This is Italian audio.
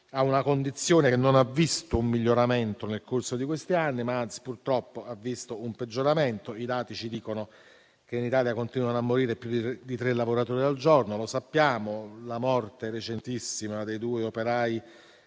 a una condizione che non ha visto un miglioramento nel corso di questi anni, ma anzi - purtroppo - un peggioramento. I dati ci dicono che in Italia continuano a morire più di tre lavoratori al giorno. La morte recentissima dei due operai